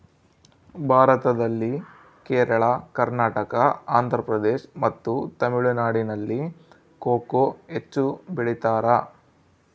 ಭಾರತದಲ್ಲಿ ಕೇರಳ, ಕರ್ನಾಟಕ, ಆಂಧ್ರಪ್ರದೇಶ್ ಮತ್ತು ತಮಿಳುನಾಡಿನಲ್ಲಿ ಕೊಕೊ ಹೆಚ್ಚು ಬೆಳಿತಾರ?